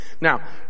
Now